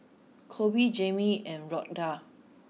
Koby Jamie and Rhoda